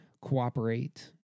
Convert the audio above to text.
cooperate